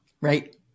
Right